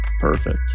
perfect